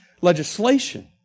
legislation